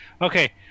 Okay